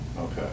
Okay